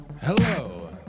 Hello